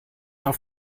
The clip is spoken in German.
auf